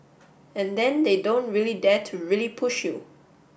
and then they don't really dare to really push you